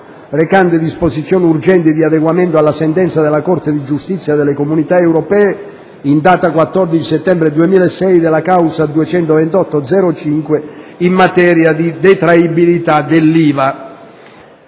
recante disposizioni urgenti di adeguamento alla sentenza della Corte di giustizia delle Comunità europee in data 14 settembre 2006 nella causa C-228/05, in materia di detraibilità dell'IVA»